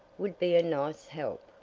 would be a nice help.